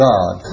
God